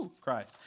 Christ